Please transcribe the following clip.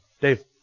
dave